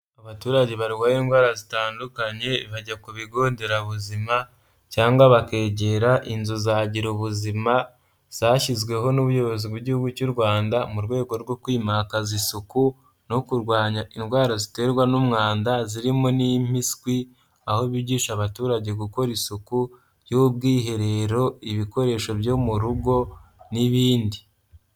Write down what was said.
Abaturage barwaye indwara zitandukanye bajya ku bigonderabuzima cyangwa bakegera inzu za gira ububuzima zashyizweho n'ubuyobozi bw'Igihugu cy'u Rwanda mu rwego rwo kwimakaza isuku no kurwanya indwara ziterwa n'umwanda zirimo n'impiswi, aho bigisha abaturage gukora isuku y'ubwiherero, ibikoresho byo mu rugo n'ibindi.